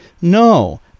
no